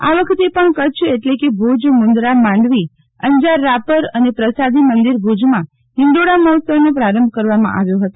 આ વખતે પણ કચ્છ એટલે કે ભુજ મુંદરા માંડવી અંજાર રાપર અને પ્રસાદી મંદિર ભુજમાં ફિંડોળા મહીત્સવનો પ્રારંભ કરવામાં આવ્યો હતો